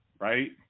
right